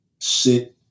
Sit